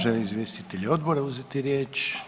Žele li izvjestitelji odbora uzeti riječ?